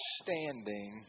standing